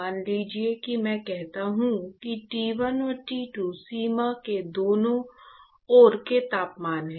मान लीजिए कि मैं कहता हूं कि T1 और T2 सीमा के दोनों ओर के तापमान हैं